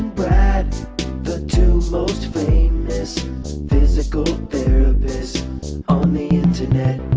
brad the two most famous physical therapist on the internet